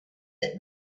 that